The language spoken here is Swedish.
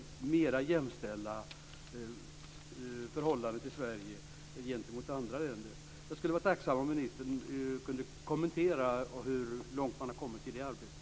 Därmed skulle förhållandena i Sverige jämställas med dem i andra länder. Jag skulle vara tacksam om ministern kunde kommentera hur långt man har kommit i det arbetet.